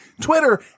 Twitter